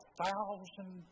thousand